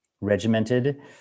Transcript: regimented